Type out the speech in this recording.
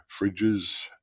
fridges